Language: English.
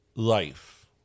Life